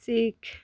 Sikh